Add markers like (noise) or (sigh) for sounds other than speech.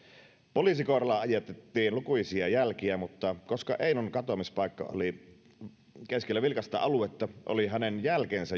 poliisikoiralla ajatettiin lukuisia jälkiä mutta koska einon katoamispaikka oli keskellä vilkasta aluetta oli hänen jälkensä (unintelligible)